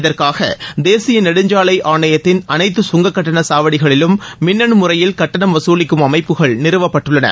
இதற்காக தேசிய நெடுஞ்சாலை ஆணையத்தின் அனைத்து சுங்கக்கட்டன சாவடிகளிலும் மின்னனு முறையில் கட்டணம் வசூலிக்கும் அமைப்புகள் நிறுவப்பட்டுள்ளன